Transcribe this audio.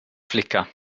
flicka